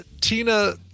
Tina